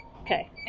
Okay